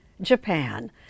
Japan